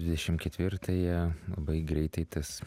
dvidešim ketvirtąją labai greitai tas